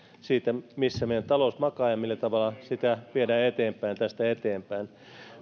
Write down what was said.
siitä missä meidän talous makaa ja millä tavalla sitä viedään tästä eteenpäin